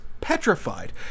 petrified